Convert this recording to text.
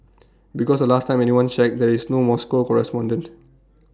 because the last time anyone checked there is no Moscow correspondent